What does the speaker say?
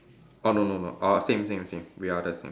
uh no no no uh same same same we are the same